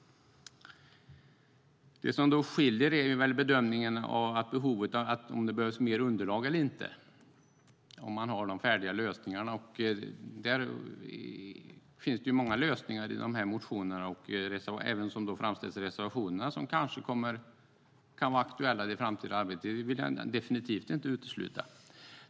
Det som skiljer är väl bedömningen av om det behövs mer underlag eller inte, om man har de färdiga lösningarna. Det finns många lösningar i motionerna och även i reservationerna som kanske kan vara aktuella i det framtida arbetet. Det vill jag definitivt inte utesluta.